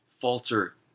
falter